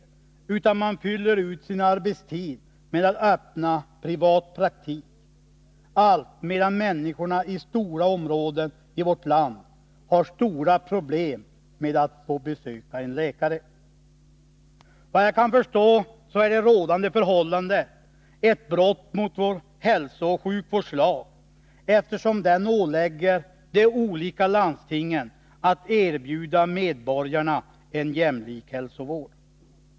I stället fyller man ut sin arbetstid genom att öppna privatpraktik, medan det för människorna i stora områden av vårt land innebär avsevärda problem att få besöka en läkare. Såvitt jag kan förstå är rådande förhållanden ett bevis på brott mot vår hälsooch sjukvårdslag, eftersom de olika landstingen i enlighet med denna åläggs att erbjuda medborgarna en jämlik hälsovård.